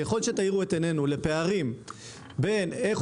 ככל שתאירו את עינינו לפערים בין איך